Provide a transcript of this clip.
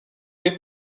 des